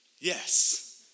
Yes